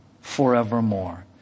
forevermore